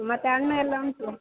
ಮತ್ತು ಹಣ್ಣು ಎಲ್ಲ ಉಂಟು